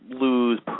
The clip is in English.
lose